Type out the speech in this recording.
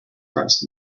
crust